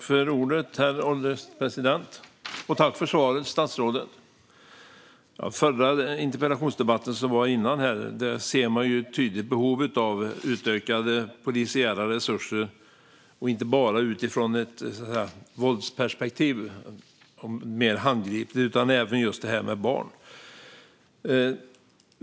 Herr ålderspresident! Jag tackar för svaret, statsrådet! När det gäller den förra interpellationsdebatten kunde man tydligt se behovet av utökade polisiära resurser, inte bara utifrån ett våldsperspektiv utan även för att det handlar om barn.